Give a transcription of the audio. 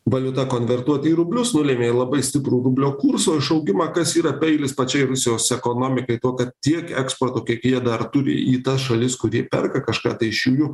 valiuta konvertuoti į rublius nulėmė labai stiprų rublio kurso išaugimą kas yra peilis pačiai rusijos ekonomikai to kad tiek eksporto kiek jie dar turi į tas šalis kuri perka kažką tai iš jųjų